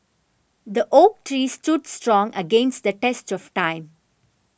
the oak tree stood strong against the test of time